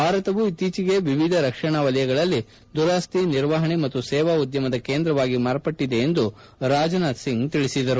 ಭಾರತವು ಇತ್ತೀಚೆಗೆ ವಿವಿಧ ರಕ್ಷಣಾ ವಲಯಗಳಲ್ಲಿ ದುರಸ್ತಿ ನಿರ್ವಪಣೆ ಮತ್ತು ಸೇವಾ ಉದ್ದಮದ ಕೇಂದ್ರವಾಗಿ ಮಾರ್ಪಟ್ಟಿದೆ ಎಂದು ಅವರು ಹೇಳಿದರು